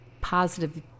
positive